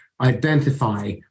identify